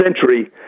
century